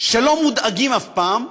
שלא מודאגים אף פעם,